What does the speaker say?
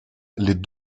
les